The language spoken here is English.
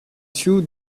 two